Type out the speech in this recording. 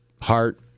heart